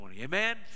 Amen